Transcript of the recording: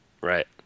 Right